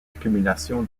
accumulation